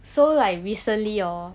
so like recently hor